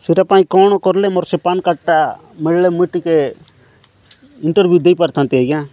ସେଇଟା ପାଇଁ କ'ଣ କଲେ ମୋର ସେ ପାନ୍ କାର୍ଡ଼୍ଟା ମିଳିଲେ ମୁଇଁ ଟିକିଏ ଇଣ୍ଟରଭିୟୁ ଦେଇପାରିଥାନ୍ତି ଆଜ୍ଞା